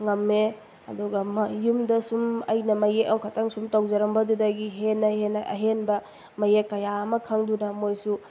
ꯉꯝꯃꯦ ꯑꯗꯨꯒ ꯃꯌꯨꯝꯗ ꯁꯨꯝ ꯑꯩꯅ ꯃꯌꯦꯛ ꯑꯃꯈꯛꯇꯪ ꯁꯨꯝ ꯇꯧꯖꯔꯝꯕꯗꯨꯗꯒꯤ ꯍꯦꯟꯅ ꯍꯦꯟꯅ ꯑꯍꯦꯟꯕ ꯃꯌꯦꯛ ꯀꯌꯥ ꯑꯃ ꯈꯪꯗꯨꯅ ꯃꯣꯏꯁꯨ